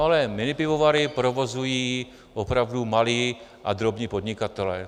Ale minipivovary provozují opravdu malí a drobní podnikatelé.